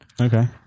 Okay